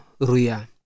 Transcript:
ruya